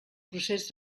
procés